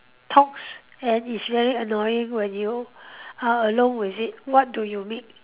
talks and is really annoying when you are alone with it what do you make